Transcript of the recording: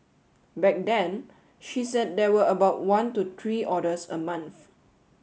back then she said there were about one to three orders a month